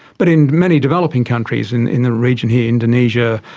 but in many developing countries in in the region here indonesia,